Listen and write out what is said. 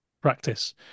practice